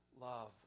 love